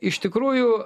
iš tikrųjų